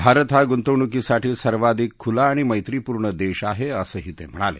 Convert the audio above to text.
भारत हा गुंतवणूकीसाठी सर्वाधिक खुला आणि मधीमूर्ण देश आहे असंही ते म्हणाले